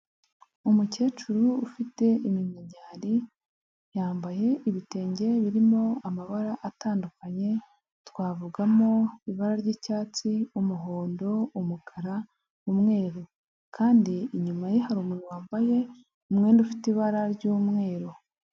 Umukecuru ufite iminkanyari, yambaye ibitenge birimo amabara atandukanye, twavugamo ibara ry'icyatsi, umuhondo, umukara, mweru kandi inyuma ye hari umuntu wambaye umwenda ufite ibara ry'umweru.